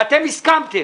ואתם הסכמתם